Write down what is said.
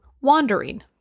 wandering